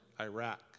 Iraq